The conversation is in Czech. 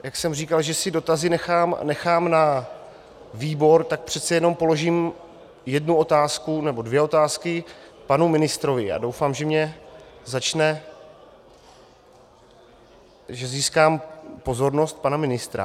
Jak jsem říkal, že si dotazy nechám na výbor, tak přece jenom položím jednu otázku nebo dvě otázky panu ministrovi a doufám, že získám pozornost pana ministra.